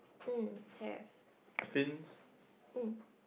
mm have mm